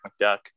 McDuck